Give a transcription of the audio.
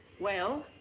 well.